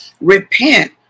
repent